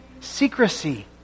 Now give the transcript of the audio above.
secrecy